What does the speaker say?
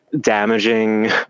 damaging